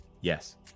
Yes